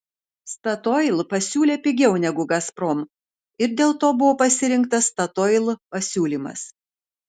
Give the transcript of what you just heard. statoil pasiūlė pigiau negu gazprom ir dėl to buvo pasirinktas statoil pasiūlymas